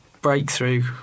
breakthrough